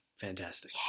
Fantastic